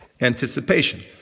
anticipation